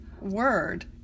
word